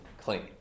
clean